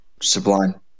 sublime